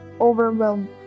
overwhelmed